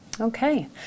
Okay